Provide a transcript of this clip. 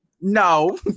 no